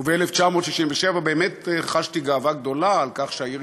וב-1967 באמת חשתי גאווה גדולה על כך שהעיר